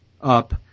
up